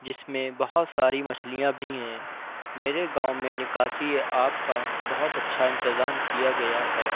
جس میں بہت ساری مچھلیاں بھی ہیں میرے گاؤں میں نکاسی آب کا بہت اچھا انتظام کیا گیا ہے